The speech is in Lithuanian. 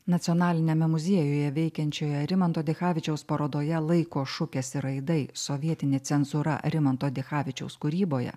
nacionaliniame muziejuje veikiančioje rimanto dichavičiaus parodoje laiko šukės ir aidai sovietinė cenzūra rimanto dichavičiaus kūryboje